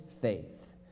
faith